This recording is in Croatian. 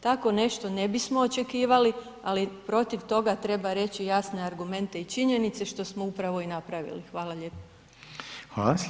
Tako nešto ne bismo očekivali ali protiv toga treba reći jasne argumente i činjenice što smo upravo i napravili.